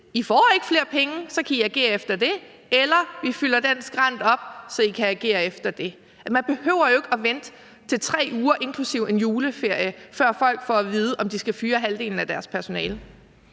får flere penge, og så kan de agere efter det, eller sige, at man fylder den skrænt op, og så kan de agere efter det. Man behøver jo ikke vente, til 3 uger – inklusive en juleferie – før folk får at vide, om de skal fyre halvdelen af deres personale.